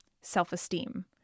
self-esteem